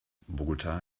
bogotá